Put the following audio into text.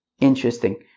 interesting